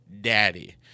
Daddy